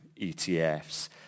ETFs